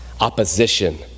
opposition